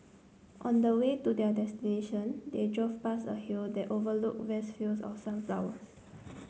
on the way to their destination they drove past a hill that overlooked vast fields of sunflowers